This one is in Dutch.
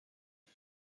het